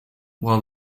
while